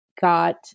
got